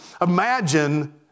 Imagine